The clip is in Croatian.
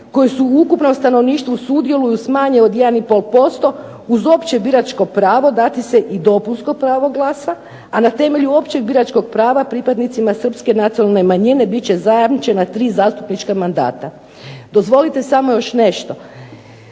koji su u ukupnom stanovništvu sudjeluju s manje od 1 i pol posto, uz opće biračko pravo dati se i dopunsko pravo glasa, a na temelju općeg biračkog prava pripadnicima srpske nacionalne manjine bit će zajamčena tri zastupnička mandata. Dozvolite samo još nešto.